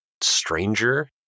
stranger